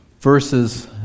verses